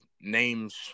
names